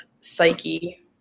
psyche